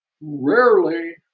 rarely